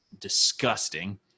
disgusting